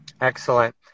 Excellent